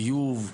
ביוב,